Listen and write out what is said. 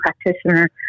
practitioner